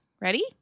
Ready